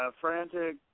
Frantic